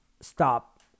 stop